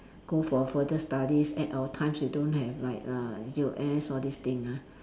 go for further studies at our times we don't have like uh U_S all this thing ah